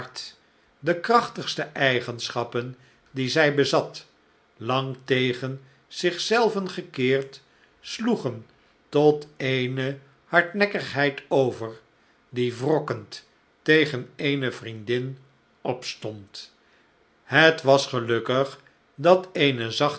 de krachtigste eigenschappen die zij bezat lang tegen zich zelven gekeerd sloegen tot eene hardnekkigheid over die wrokkend tegen eene vriendin opstond het was gelukkig dat eene zachte